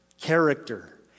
character